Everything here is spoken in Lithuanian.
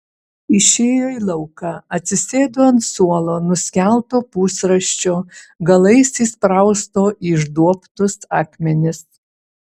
išėjo į lauką atsisėdo ant suolo nuskelto pusrąsčio galais įsprausto į išduobtus akmenis